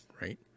right